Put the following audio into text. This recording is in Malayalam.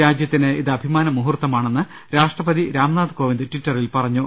രാജ്യ ത്തിന് ഇത് അഭിമാന മുഹൂർത്തമാണെന്ന് രാഷ്ട്രപതി രാംനാഥ് കോവിന്ദ് ടിറ്ററിൽ പറഞ്ഞു